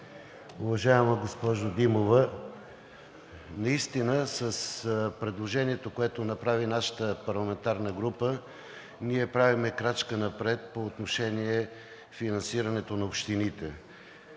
Уважаема госпожо Димова, наистина предложението, което направи нашата парламентарна група, ние правим крачка напред по отношение финансирането на общините.